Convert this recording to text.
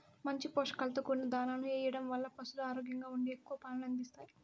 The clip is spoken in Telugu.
మంచి పోషకాలతో కూడిన దాణాను ఎయ్యడం వల్ల పసులు ఆరోగ్యంగా ఉండి ఎక్కువ పాలను అందిత్తాయి